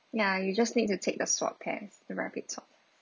ya you just need to take the swab test the rapid swab